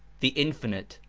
the infinite,